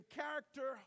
character